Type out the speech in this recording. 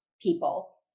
people